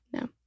no